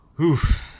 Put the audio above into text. Oof